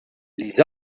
les